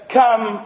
come